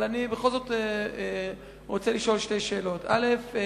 אבל אני בכל זאת רוצה לשאול שתי שאלות: א.